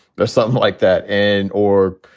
but something like that and or,